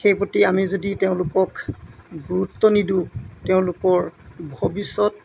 সেই প্ৰতি আমি যদি তেওঁলোকক গুৰুত্ব নিদিওঁ তেওঁলোকৰ ভৱিষ্যত